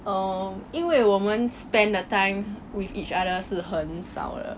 um 因为我们 spend 的 time with each other 是很少的